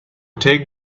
take